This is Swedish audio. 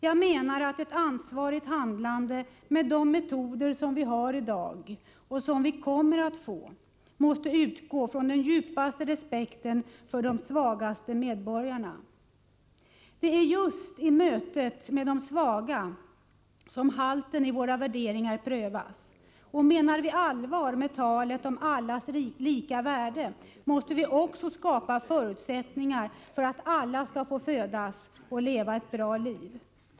Jag menar att ett ansvarigt handlande med de metoder som vi har i dag och som vi kommer att få måste ha sitt ursprung i den djupaste respekt för de svagaste medborgarna. Det är just i mötet med de svaga som halten i våra värderingar prövas. Om vi menar allvar med talet om alla människors lika värde, måste vi också skapa förutsättningar för att alla skall få födas och leva ett bra liv.